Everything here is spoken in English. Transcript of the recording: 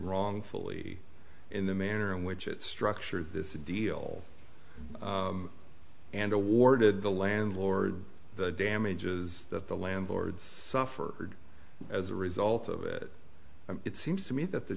wrongfully in the manner in which it structured this deal and awarded the landlord the damages that the landlords suffered as a result of it it seems to me that the